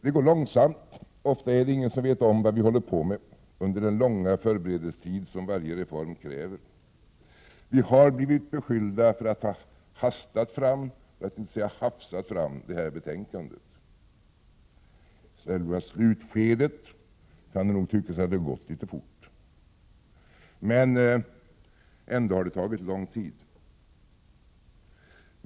Det går långsamt. Det är ofta ingen som vet vad vi håller på med under den långa förberedelsetid som varje reform kräver. Vi har blivit beskyllda för att ha hastat, för att inte säga hafsat, fram det här betänkandet. I själva slutskedet kan det nog tyckas att det har gått litet fort. Det har ändå tagit lång tid.